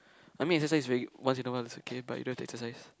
I mean exercise regu~ once in awhile is okay but you don't have to exercise